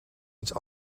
iets